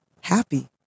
happy